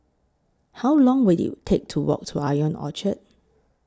How Long Will IT Take to Walk to Ion Orchard